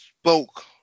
spoke